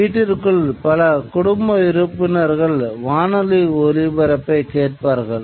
வீட்டிற்குள் பல குடும்ப உறுப்பினர்கள் வானொலி ஒலிபரப்பைக் கேட்பார்கள்